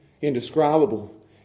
indescribable